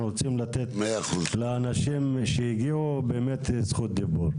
צריכים לתת לאנשים שהגיעו זכות דיבור.